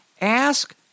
ask